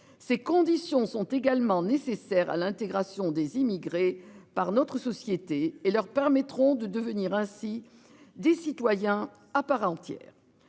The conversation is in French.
Ces conditions sont également nécessaires à l'intégration des immigrés par notre société et leur permettront de devenir ainsi des citoyens à part entière